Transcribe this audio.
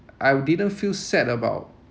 I didn't feel sad about